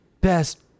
best